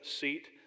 seat